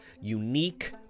unique